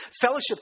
Fellowship